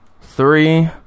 three